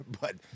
but-